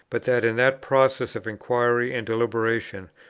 but that in that process of inquiry and deliberation,